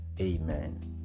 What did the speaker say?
Amen